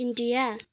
India